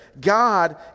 god